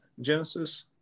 Genesis